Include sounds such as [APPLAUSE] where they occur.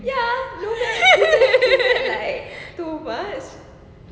[LAUGHS]